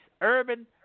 urban